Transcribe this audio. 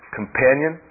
companion